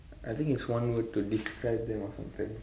I think it's one word to describe them or something